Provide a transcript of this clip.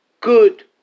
good